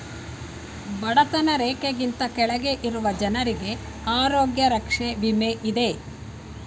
ಬಡತನ ರೇಖೆಗಿಂತ ಕೆಳಗೆ ಇರುವ ಜನರಿಗೆ ಆರೋಗ್ಯ ರಕ್ಷೆ ವಿಮೆ ಇದೆ